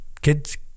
kids